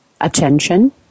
attention